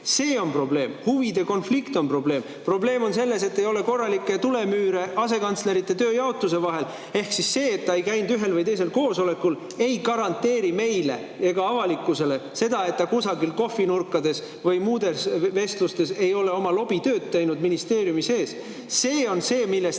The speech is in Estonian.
See on probleem. Huvide konflikt on probleem. Probleem on selles, et ei ole korralikke tulemüüre asekantslerite tööjaotuse vahel. See, et ta ei käinud ühel või teisel koosolekul, ei garanteeri meile ega avalikkusele seda, et ta kusagil kohvinurkades või muudes vestlustes ei ole ministeeriumis oma lobitööd teinud. See on see, milles